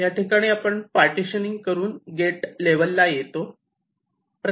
याठिकाणी आपण पार्टीशनिंग करून गेट लेवल ला येतो